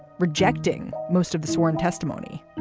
rejecting most of the sworn testimony